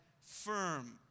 firm